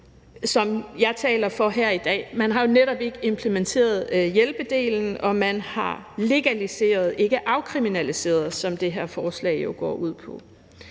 den, jeg taler for her i dag. Man har jo netop ikke implementeret hjælpedelen, og man har legaliseret, ikke afkriminaliseret, som det her forslag jo går ud på.